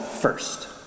first